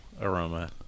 aroma